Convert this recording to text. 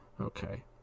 Okay